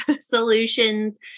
solutions